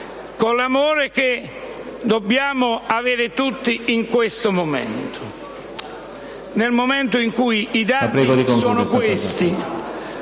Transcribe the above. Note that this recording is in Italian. con l'amore che dobbiamo avere tutti in questo momento. Nel momento in cui i dati sono questi